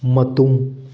ꯃꯇꯨꯝ